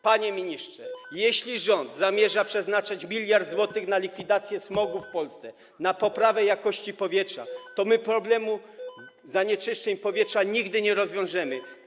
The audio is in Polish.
Panie ministrze, jeśli rząd zamierza przeznaczyć 1 mld zł na likwidację smogu w Polsce, na poprawę jakości powietrza, to my problemu zanieczyszczeń powietrza nigdy nie rozwiążemy.